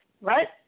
Right